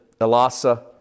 Elasa